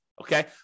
Okay